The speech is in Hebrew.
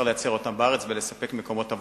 לייצר אותן בארץ ולספק מקומות עבודה,